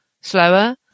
slower